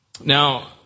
Now